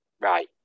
Right